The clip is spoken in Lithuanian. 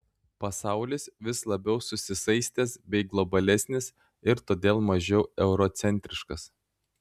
pasaulis vis labiau susisaistęs bei globalesnis ir todėl mažiau eurocentriškas